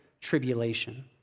Tribulation